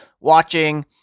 watching